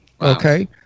Okay